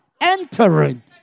Entering